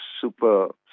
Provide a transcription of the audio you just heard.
super